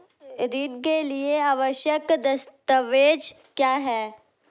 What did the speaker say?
ऋण के लिए आवश्यक दस्तावेज क्या हैं?